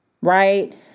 Right